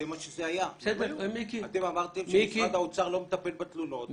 זה מה שזה היה אתם אמרתם שמשרד האוצר לא מטפל בתלונות,